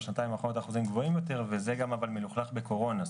בשנתיים האחרונות האחוזים גבוהים יותר וזה גם אבל מלוכלך בקורונה,